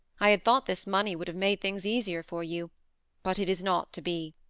i had thought this money would have made things easier for you but it is not to be.